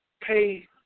pay